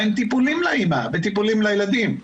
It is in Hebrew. מה עם טיפולים לאמא וטיפולים לילדים?